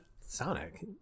Sonic